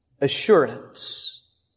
assurance